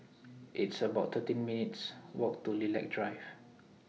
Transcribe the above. It's about thirteen minutes' Walk to Lilac Drive